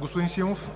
Господин Симов,